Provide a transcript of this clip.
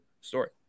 story